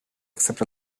except